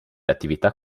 attività